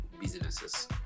businesses